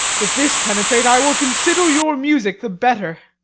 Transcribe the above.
if this penetrate, i will consider your music the better